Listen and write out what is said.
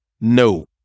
no